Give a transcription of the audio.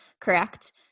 correct